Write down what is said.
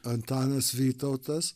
antanas vytautas